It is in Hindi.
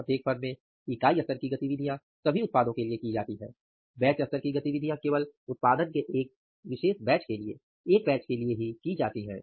प्रत्येक फर्म में इकाई स्तर की गतिविधियाँ सभी उत्पादों के लिए की जाती हैं बैच स्तर की गतिविधियाँ केवल उत्पादन के विशेष बैच के लिए एक बैच के लिए ही की जाती है